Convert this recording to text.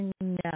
No